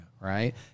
Right